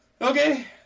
Okay